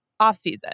offseason